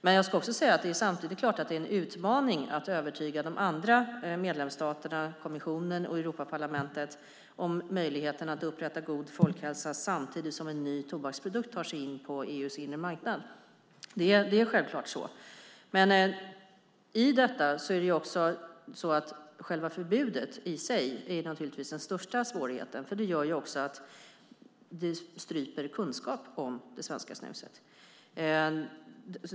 Det är klart att det är en utmaning att övertyga de andra medlemsstaterna, kommissionen och Europaparlamentet om möjligheten att upprätta god folkhälsa samtidigt som en ny tobaksprodukt tar sig in på EU:s inre marknad. Det är självklart så. Själva förbudet i sig är den största svårigheten, för det gör att vi stryper kunskapen om det svenska snuset.